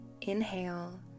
inhale